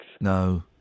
No